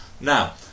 Now